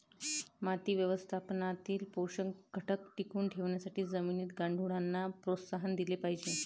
माती व्यवस्थापनातील पोषक घटक टिकवून ठेवण्यासाठी जमिनीत गांडुळांना प्रोत्साहन दिले पाहिजे